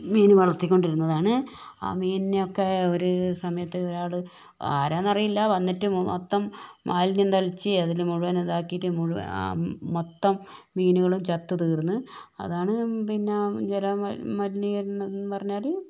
മീൻ വളർത്തിക്കൊണ്ടിരുന്നതാണ് ആ മീനിനെയൊക്കെ ഒരു സമയത്ത് ഒരാള് ആരാന്നറിയില്ല വന്നിട്ട് മൊത്തം മാലിന്യം തളിച്ച് അതില് മുഴുവനും ഇതാക്കിട്ടു മുഴുവൻ മൊത്തം മീനുകളും ചത്ത് തീർന്ന് അതാണ് പിന്നെ ജല മലിനീകരണം പറഞ്ഞാല്